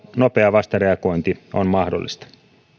nopea vastareagointi on mahdollista